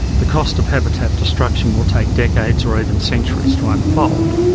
the cost of habitat destruction will take decades or even centuries to unfold.